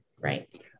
right